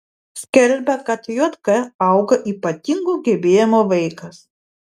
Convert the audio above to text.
skelbia kad jk auga ypatingų gebėjimų vaikas